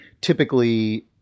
typically